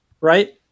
Right